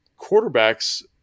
quarterbacks